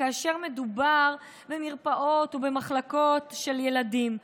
כאשר מדובר במרפאות ובמחלקות של ילדים.